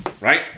right